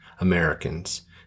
Americans